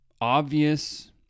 obvious